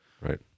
Right